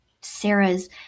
Sarah's